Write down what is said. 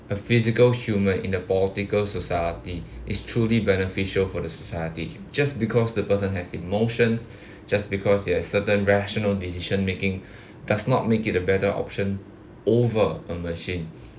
a physical human in the political society is truly beneficial for the society just because the person has emotions just because you are certain rational decision making does not make it a better option over a machine